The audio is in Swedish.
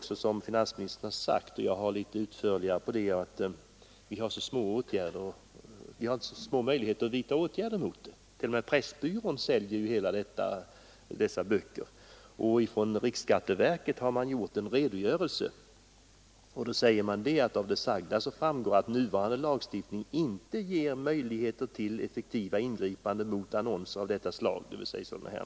Som finansministern sagt har vi också små möjligheter att vidta åtgärder mot denna verksamhet. T. o. m. Pressbyrån säljer de böcker det gäller. Riksskatteverket har utarbetat en redogörelse för dessa förhållanden, där det bl.a. framhålls: ”Av det sagda framgår att nuvarande lagstiftning inte ger möjligheter till effektiva ingripanden mot annonser av detta slag.